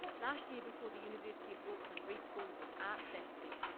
last year, before the university of auckland re-schooled its arts faculty,